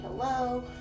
hello